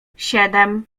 siedem